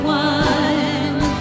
one